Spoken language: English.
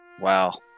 wow